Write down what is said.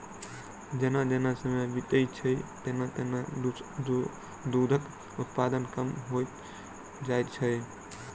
जेना जेना समय बीतैत छै, तेना तेना दूधक उत्पादन कम होइत जाइत छै